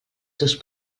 teus